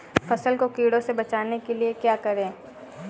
फसल को कीड़ों से बचाने के लिए क्या करें?